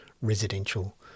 residential